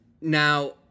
Now